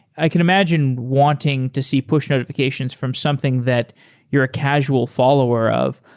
i can imagine wanting to see push notifications from something that you're casual follower of,